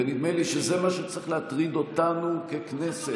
ונדמה לי שזה מה שצריך להטריד אותנו ככנסת.